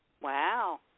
Wow